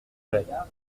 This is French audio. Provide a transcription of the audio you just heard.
plaît